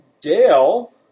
Dale